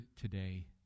today